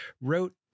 wrote